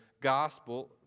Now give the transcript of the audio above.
gospel